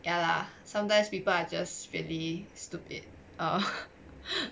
ya lah sometimes people are just really stupid err